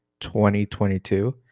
2022